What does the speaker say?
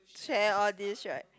share all these right